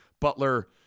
Butler